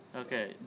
Okay